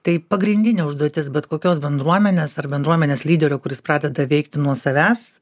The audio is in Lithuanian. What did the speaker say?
tai pagrindinė užduotis bet kokios bendruomenės ar bendruomenės lyderio kuris pradeda veikti nuo savęs